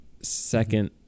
second